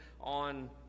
on